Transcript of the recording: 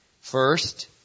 First